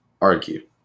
argue